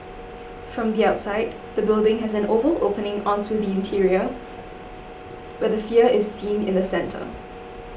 from the outside the building has an oval opening onto the interior where the sphere is seen in the centre